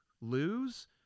lose